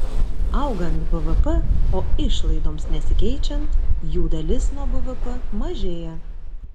augant bvp o išlaidoms nesikeičiant jų dalis nuo bvp mažėja